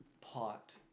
pot